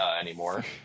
anymore